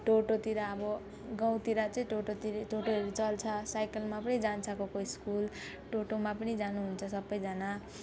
टोटोतिर अब गाउँतिर चाहिँ टोटोतिर टोटोहरू चल्छ साइकलमा पनि जान्छ कोही कोही स्कुल टोटोमा पनि जानुहुन्छ सबैजना